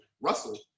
russell